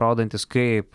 rodantis kaip